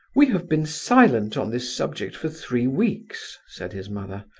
we have been silent on this subject for three weeks, said his mother,